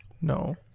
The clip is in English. No